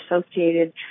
associated